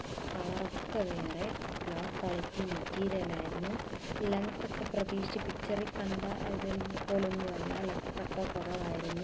കളറൊക്കേ വേറെ low quality മെറ്റീരിയലായിരുന്നു ലെങ്ത്തൊക്കെ പ്രതീക്ഷിച്ച പിക്ച്ചറിൽ കണ്ട അത് പോലെയൊന്നുമല്ലാ ലെങ്ത്തൊക്കെ